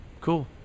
cool